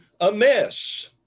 amiss